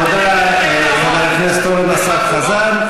תודה לחבר הכנסת אורן אסף חזן.